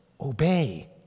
obey